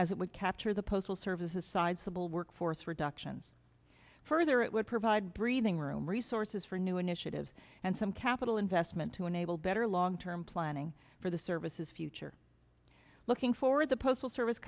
as it would capture the postal services side civil workforce reduction further it would provide breathing room resources for new initiatives and some capital investment to enable better long term planning for the services future looking forward the postal service